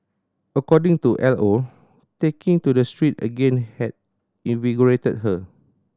according to L O taking to the street again had invigorated her